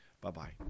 Bye-bye